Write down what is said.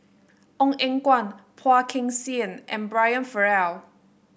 Ong Eng Guan Phua Kin Siang and Brian Farrell